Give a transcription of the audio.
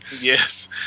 Yes